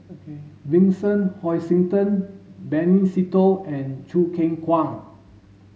Vincent Hoisington Benny Se Teo and Choo Keng Kwang